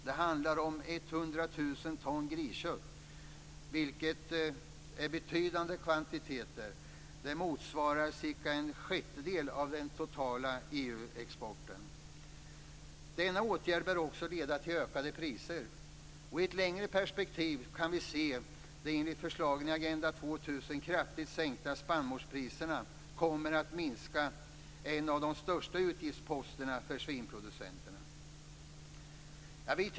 Det handlar om 100 000 ton griskött, vilket är betydande kvantiteter. Det motsvarar cirka en sjättedel av den totala EU-exporten. Denna åtgärd bör också leda till ökade priser. I ett längre perspektiv kan vi se att de enligt förslagen i Agenda 2000 kraftigt sänkta spannmålspriserna kommer att minska en av de största utgiftsposterna för svinproducenterna.